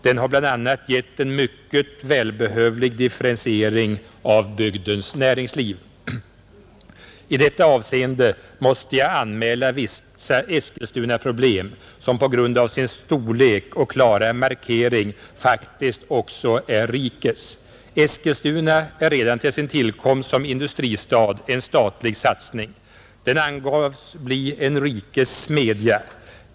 Den har bl.a. gett en mycket välbehövlig differentiering av bygdens näringsliv. I detta avseende måste jag anmäla vissa Eskilstunaproblem som på grund av sin storlek och klara markering faktiskt också är rikets. Eskilstuna är redan till sin tillkomst som industristad en statlig satsning. Den angavs bli en rikets smedja.